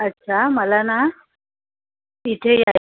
अच्छा मला ना इथे याय